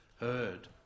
heard